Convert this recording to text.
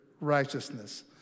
righteousness